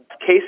case